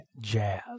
jazz